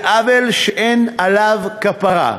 זה עוול שאין עליו כפרה.